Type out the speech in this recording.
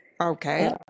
Okay